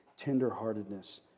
tenderheartedness